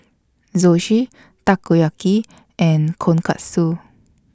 Zosui Takoyaki and Tonkatsu